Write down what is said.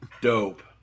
dope